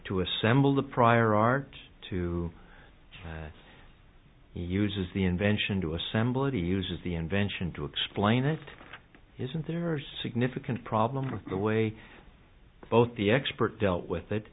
to assemble the prior art to he uses the invention to assemble it uses the invention to explain it isn't there are significant problems with the way both the expert dealt with